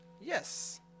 Yes